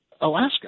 Alaska